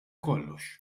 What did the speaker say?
kollox